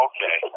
Okay